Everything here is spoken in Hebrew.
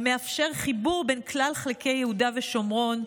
המאפשר חיבור בין כלל חלקי יהודה ושומרון,